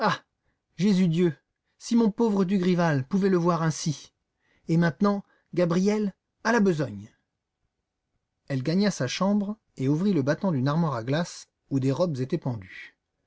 ah jésus dieu si mon pauvre dugrival pouvait le voir ainsi et maintenant gabriel à la besogne elle gagna sa chambre et ouvrit le battant d'une armoire à glace où des robes étaient pendues